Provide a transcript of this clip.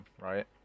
right